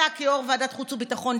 ואתה כיו"ר ועדת חוץ וביטחון,